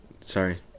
sorry